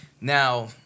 Now